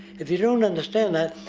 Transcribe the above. if you dont understand that,